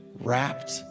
wrapped